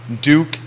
Duke